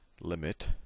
Limit